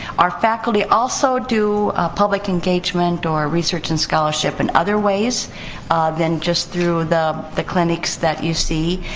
our faculty also do public engagement or research and scholarship in other ways than just through the the clinics that you see.